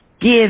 give